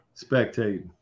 spectating